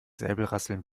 säbelrasseln